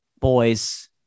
Boys